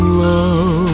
love